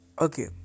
Okay